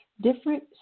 different